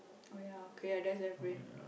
oh ya okay that's left brain